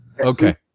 Okay